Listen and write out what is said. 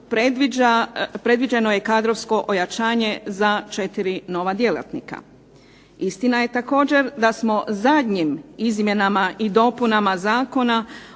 predviđeno je kadrovsko ojačanje za 4 nova djelatnika. Istina je također da smo zadnjim izmjenama i dopunama Zakona